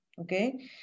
Okay